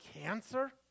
cancer